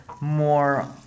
more